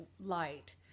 light